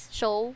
show